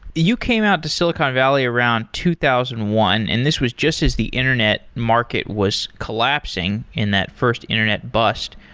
you came out to silicon valley around two thousand and one. and this was just as the internet market was collapsing in that first internet bust.